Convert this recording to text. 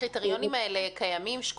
הקריטריונים האלה קיימים, שקופים?